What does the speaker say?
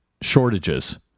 shortages